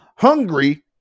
hungry